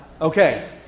Okay